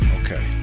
Okay